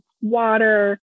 water